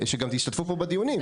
שגם תשתתפו פה בדיונים.